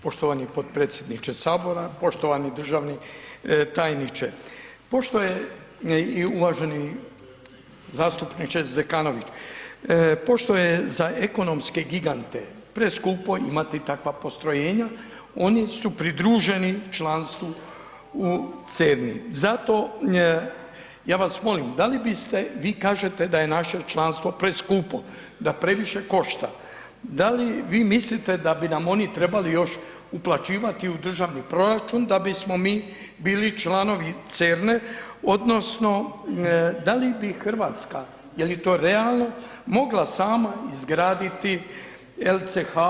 Poštovani potpredsjedniče sabora, poštovani državni tajniče, pošto je i uvaženi zastupniče Zekanović, pošto je za ekonomske gigante preskupo imati taka postrojenja oni su pridruženi članstvu u CERN-i zato ja vas molim, da li biste, vi kažete da je naše članstvo preskupo, da previše košta, da li vi mislite da bi nam oni trebali još uplaćivati u Državni proračun da bismo mi bili članovi CERN-e odnosno da li bi Hrvatska, je li to realno mogla sama izgraditi LCH?